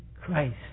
Christ